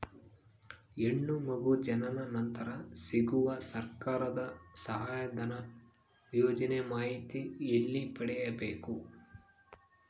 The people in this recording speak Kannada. ಹೆಣ್ಣು ಮಗು ಜನನ ನಂತರ ಸಿಗುವ ಸರ್ಕಾರದ ಸಹಾಯಧನ ಯೋಜನೆ ಮಾಹಿತಿ ಎಲ್ಲಿ ಪಡೆಯಬೇಕು?